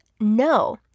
No